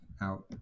out